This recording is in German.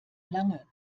lange